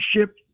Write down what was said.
ship